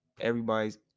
Everybody's